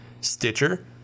Stitcher